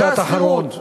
משפט אחרון.